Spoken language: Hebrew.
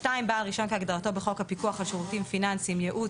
בעל רישיון כהגדרתו בחוק הפיקוח על שירותים פיננסיים (ייעוץ,